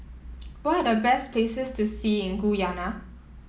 what are the best places to see in Guyana